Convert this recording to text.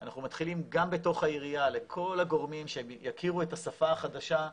אנחנו מתחילים גם בתוך העירייה לכל הגורמים שיכירו את השפה החדשה,